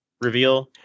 reveal